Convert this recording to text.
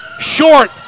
short